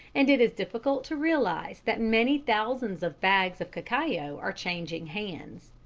and it is difficult to realize that many thousands of bags of cacao are changing hands.